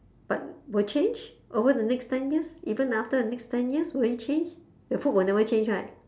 but will change over the next ten years even after the next ten years will it change the food will never change right